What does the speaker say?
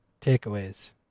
takeaways